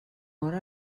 hora